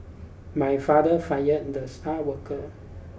my father fired the star worker